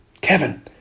Kevin